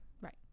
Right